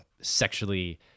sexually